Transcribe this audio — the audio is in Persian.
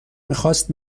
میخاست